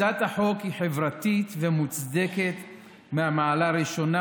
הצעת החוק היא חברתית ומוצדקת מהמעלה הראשונה,